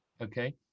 Okay